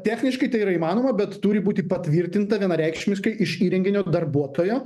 techniškai tai yra įmanoma bet turi būti patvirtinta vienareikšmiškai iš įrenginio darbuotojo